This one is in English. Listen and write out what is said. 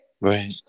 Right